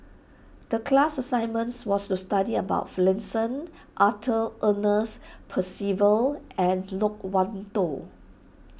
the class assignments was to study about Finlayson Arthur Ernest Percival and Loke Wan Tho